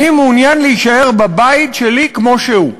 אני מעוניין להישאר בבית שלי כמו שהוא.